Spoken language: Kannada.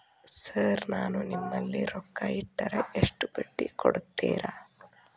ಸರ್ ನಾನು ನಿಮ್ಮಲ್ಲಿ ರೊಕ್ಕ ಇಟ್ಟರ ಎಷ್ಟು ಬಡ್ಡಿ ಕೊಡುತೇರಾ?